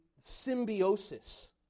symbiosis